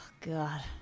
God